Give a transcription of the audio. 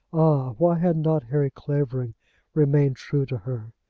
why had not harry clavering remained true to her?